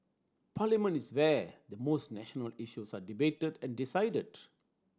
parliament is where the most national issues are debated and decided